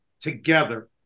together